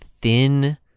thin